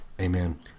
Amen